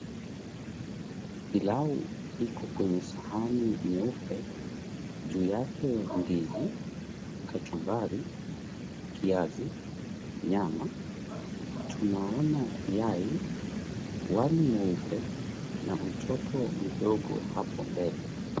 Pilau iko kwenye sahani nyeupe, juu yake ndizi, kachumbari, kiazi, nyama, tunaona yai, wali mweupe na mtoto mdogo hapo mbele.